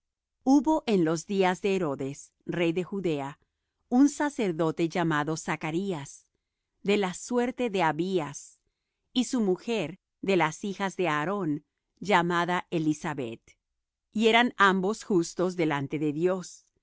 hubo en los días de herodes rey de judea un sacerdote llamado zacarías de la suerte de abías y su mujer de las hijas de aarón llamada elisabet y eran ambos justos delante de dios